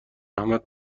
احمد